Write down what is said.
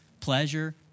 pleasure